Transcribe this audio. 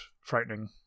frightening